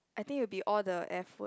I think it will be all the F word